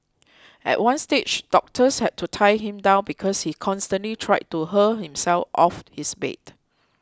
at one stage doctors had to tie him down because he constantly tried to hurl himself off his bed